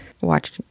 Watch